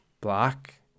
black